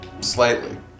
slightly